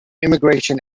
immigration